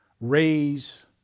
raise